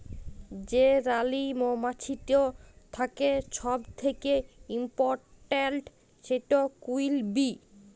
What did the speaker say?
যে রালী মমাছিট থ্যাকে ছব থ্যাকে ইমপরট্যাল্ট, সেট কুইল বী